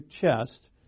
chest